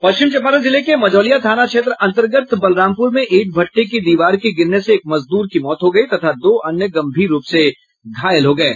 पश्चिम चम्पारण जिले के मझौलिया थाना क्षेत्रअंतग्रगत बलरामपुर में ईट भट्डे की दीवार के गिरने से एक मजदूर की मौत हो गयी तथा दो अन्य गंभीर रूप से घायल हो गये